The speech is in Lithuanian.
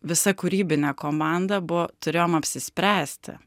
visa kūrybinė komanda buvo turėjom apsispręsti